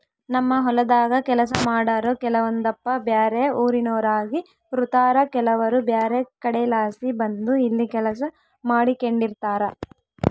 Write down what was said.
ನಮ್ಮ ಹೊಲದಾಗ ಕೆಲಸ ಮಾಡಾರು ಕೆಲವೊಂದಪ್ಪ ಬ್ಯಾರೆ ಊರಿನೋರಾಗಿರುತಾರ ಕೆಲವರು ಬ್ಯಾರೆ ಕಡೆಲಾಸಿ ಬಂದು ಇಲ್ಲಿ ಕೆಲಸ ಮಾಡಿಕೆಂಡಿರ್ತಾರ